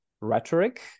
rhetoric